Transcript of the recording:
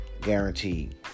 guaranteed